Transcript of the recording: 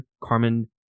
Carmen